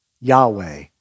Yahweh